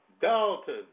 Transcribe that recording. Dalton